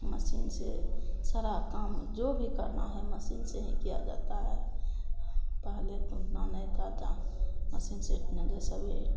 machine से सारा काम जो भी करना है मसीन से ही किया जाता है पहले तो उतना नहीं था जान मसीन से अपना जैसा भी